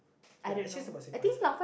ya actually is about same price lah